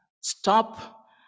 stop